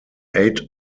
eight